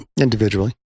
Individually